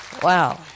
Wow